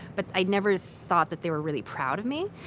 but i never thought that they were really proud of me,